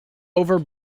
over